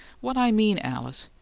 what i mean, alice,